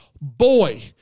boy